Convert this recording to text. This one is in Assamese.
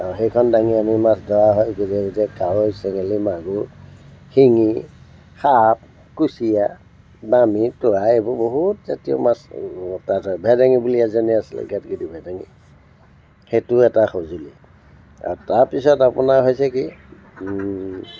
অঁ সেইখন দাঙি আনিও মাছ ধৰা হয় গোটে গোটে কাৱৈ চেঙেলী মাগুৰ শিঙী সাপ কুঁচিয়া বামি তোৰা এইবোৰ বহুত জাতীয় মাছ তাত ভেদেঙী বুলি এজনী আছিলে গেদগেদী ভেদেঙী সেইটো এটা সঁজুলী আৰু তাৰপিছত আপোনাৰ হৈছে কি